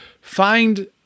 find